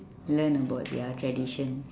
learn about their tradition